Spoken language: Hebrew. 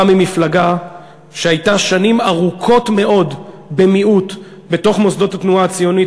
בא ממפלגה שהייתה שנים ארוכות מאוד במיעוט בתוך מוסדות התנועה הציונית,